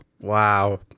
wow